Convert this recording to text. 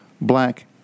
black